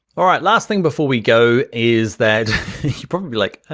all right, last thing before we go is that you probably like,